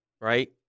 Right